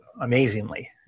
amazingly